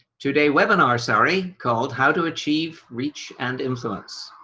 two day webinar sorry called how to achieve reach and influence.